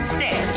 six